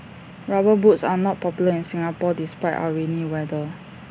rubber boots are not popular in Singapore despite our rainy weather